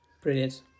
brilliant